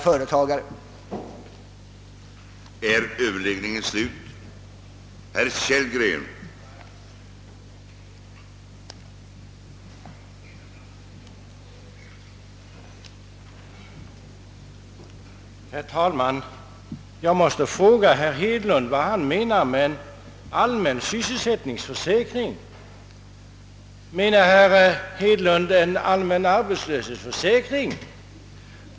Vad man i dag kan säga om den frågan är att det är angeläget att utvecklingen av frågan om engångsvederlag följs med uppmärksamhet.